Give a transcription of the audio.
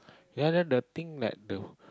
ya then the thing that the